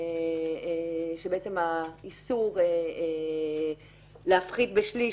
שבעצם האיסור להפחית בשליש,